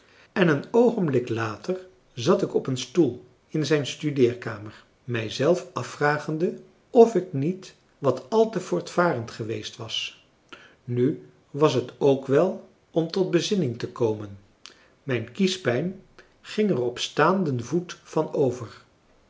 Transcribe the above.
en een oogenblik later zat ik op een stoel in zijn studeerkamer mij zelf afvragende of ik niet wat al te voortvarend geweest was nu was het ook wel om tot bezinning te komen mijn kiespijn ging er op staanden voet van over